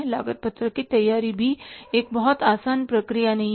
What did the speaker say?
लागत पत्रक की तैयारी भी एक बहुत आसान प्रक्रिया नहीं है